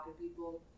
people